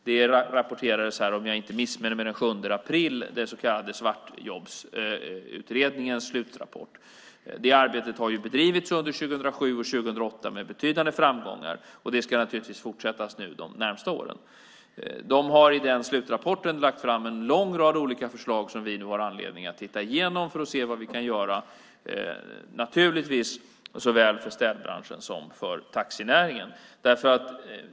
Den så kallade svartjobbsutredningens slutrapport redovisades här den 7 april, om jag inte missminner mig. Det arbetet har under 2007 och 2008 bedrivits med betydande framgång och ska naturligtvis fortsätta nu under de närmaste åren. I slutrapporten har man lagt fram en lång rad olika förslag som vi nu har anledning att titta igenom för att se vad vi kan göra, naturligtvis såväl för städbranschen som för taxinäringen.